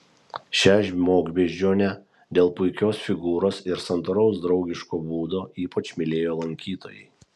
šią žmogbeždžionę dėl puikios figūros ir santūraus draugiško būdo ypač mylėjo lankytojai